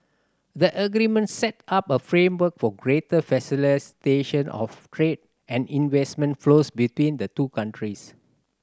the agreement set up a framework for greater of trade and investment flows between the two countries